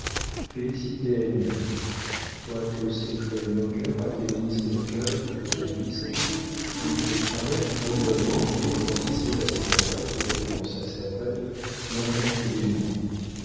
félicité elle-même quoique ces traits moqueurs atteignissent au cœur de calyste qui au travers du bourdonnement qui retentissait à ses oreilles et dans sa cervelle n'entendit que des mots